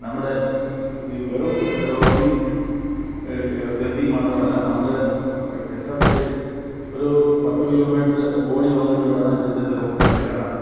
നമ്മുടെ ഈ വെറും റോമ്പിങ് ക്ലമ്പിംഗ് മാത്രമല്ല നമ്മള് എസ്സസൈസ് ഒരു പത്ത് കിലോമീറ്റര് ഓടിവന്നിട്ട് വേണം ഇതിന്റെ റോപ്പിനകത്തു കയറാന്